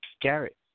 Garrett